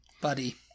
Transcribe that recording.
buddy